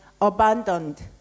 abandoned